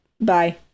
bye